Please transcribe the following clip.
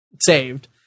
saved